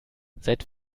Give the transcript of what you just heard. seit